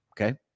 Okay